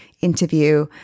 interview